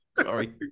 Sorry